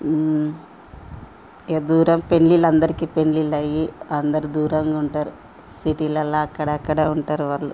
ఇక దూరం పెళ్ళిళ్ళు అందరికీ పెళ్ళిళ్ళు అయ్యి అందరూ దూరంగా ఉంటారు సిటీలల్లో అక్కడక్కడ ఉంటారు వాళ్ళు